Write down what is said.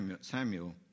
Samuel